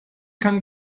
kann